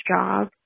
job